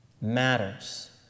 matters